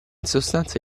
sostanza